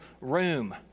room